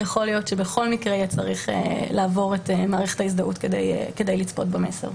יכול להיות שבכל מקרה יהיה צריך לעבור את מערכת ההזדהות כדי לצפות במסר.